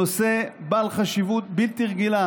נושא בעל חשיבות בלתי-רגילה.